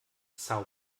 são